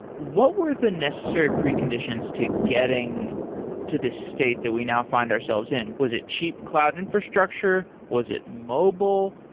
what were the necessary preconditions to getting to this state that we now find ourselves in? was it cheap cloud infrastructure? was it mobile?